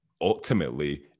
ultimately